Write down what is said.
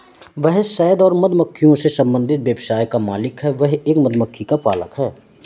वह शहद और मधुमक्खियों से संबंधित व्यवसाय का मालिक है, वह एक मधुमक्खी पालक है